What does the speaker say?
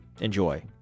enjoy